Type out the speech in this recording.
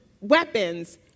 weapons